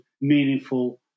meaningful